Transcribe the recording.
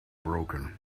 broken